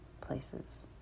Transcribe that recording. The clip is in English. places